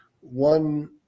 one